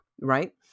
Right